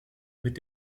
mit